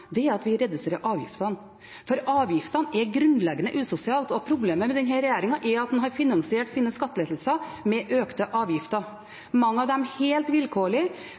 – er at vi reduserer avgiftene, for avgifter er grunnleggende usosialt. Problemet med denne regjeringen er at den har finansiert sine skattelettelser med økte avgifter, mange av dem helt